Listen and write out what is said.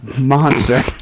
monster